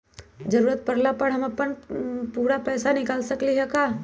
जरूरत परला पर हम अपन पूरा पैसा निकाल सकली ह का?